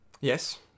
yes